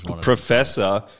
professor